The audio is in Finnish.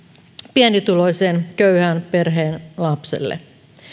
pienituloisen köyhän perheen lapselle